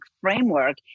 framework